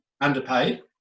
underpaid